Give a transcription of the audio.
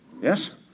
yes